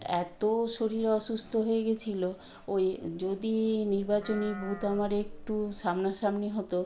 এতো শরীর অসুস্ত হয়ে গেছিলো ওই যদি নির্বাচনী বুথ আমার একটু সামনা সামনি হতো